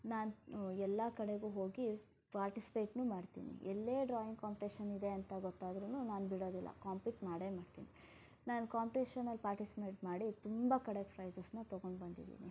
ನಾನು ಎಲ್ಲ ಕಡೆಗೂ ಹೋಗಿ ಪಾರ್ಟಿಸಿಪೇಟನ್ನೂ ಮಾಡ್ತೀನಿ ಎಲ್ಲೇ ಡ್ರಾಯಿಂಗ್ ಕಾಂಪಿಟೇಷನ್ ಇದೆ ಅಂತ ಗೊತ್ತಾದರೂ ನಾನು ಬಿಡೋದಿಲ್ಲ ಕಾಂಪಿಟ್ ಮಾಡೇ ಮಾಡ್ತೀನಿ ನಾನು ಕಾಂಪಿಟೇಷನಲ್ಲಿ ಪಾರ್ಟಿಸಿಪೇಟ್ ಮಾಡಿ ತುಂಬ ಕಡೆ ಪ್ರೈಜಸನ್ನು ತಗೊಂಡ್ಬಂದಿದ್ದೀನಿ